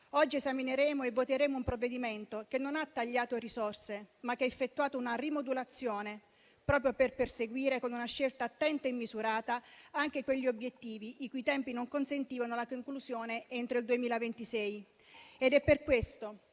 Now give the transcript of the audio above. Oggi esamineremo e voteremo un provvedimento che non ha tagliato risorse, ma che ha effettuato una rimodulazione, proprio per perseguire, con una scelta attenta e misurata, anche quegli obiettivi i cui tempi non consentivano la conclusione entro il 2026. Ed è per questo